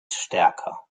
stärker